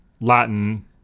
Latin